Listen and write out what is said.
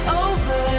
over